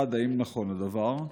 1. האם נכון הדבר?